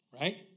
Right